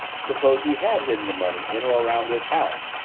suppose he had hidden the money in or around this house.